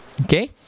okay